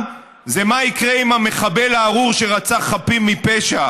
זה מה יקרה עם המחבל הארור שרצח חפים מפשע,